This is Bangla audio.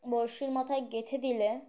বড়শির মাথায় গেঁথে দিলে